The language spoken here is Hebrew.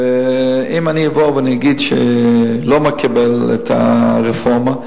ואם אני אבוא ואגיד שאני לא מקבל את הרפורמה,